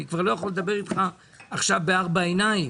אני כבר לא יכול לדבר איתך עכשיו בארבע עיניים